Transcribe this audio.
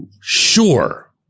sure